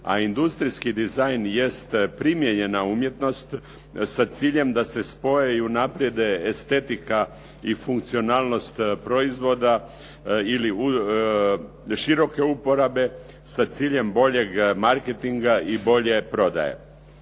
a industrijski dizajn jeste primijenjena umjetnost sa ciljem da se spoje i unaprijede estetika i funkcionalnost proizvoda široke uporabe sa ciljem boljeg marketinga i bolje prodaje.